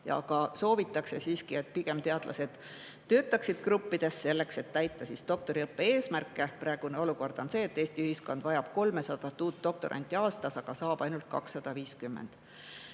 soovitakse, et teadlased töötaksid gruppides, selleks et täita doktoriõppe eesmärke. Praegune olukord on selline, et Eesti ühiskond vajab 300 uut doktoranti aastas, aga saab ainult 250.